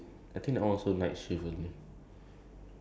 unless you want to go join uh like